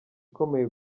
ikomeye